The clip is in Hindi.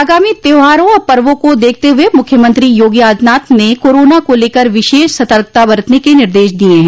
आगामी त्यौहारों और पर्वो को देखते हुए मुख्यमंत्री योगी आदित्यनाथ ने कोरोना को लेकर विशेष सतर्कता बरतने के निर्देश दिये है